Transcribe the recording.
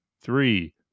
three